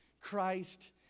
Christ